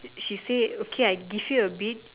she say okay I give you a bit